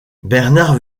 bernard